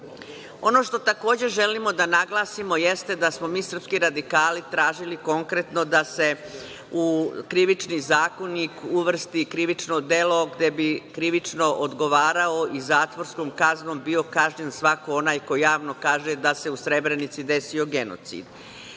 što takođe želimo da naglasimo jeste da smo mi srpski radikali tražili konkretno da se u Krivični zakonik uvrsti krivično delo gde bi krivično odgovarao i zatvorskom kaznom bio kažnjen svako onaj ko javno kaže da se u Srebrenici desio genocid. Smatramo